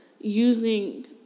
using